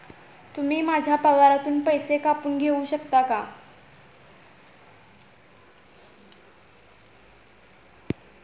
तुम्ही माझ्या पगारातून पैसे कापून घेऊ शकता का?